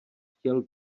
chtěl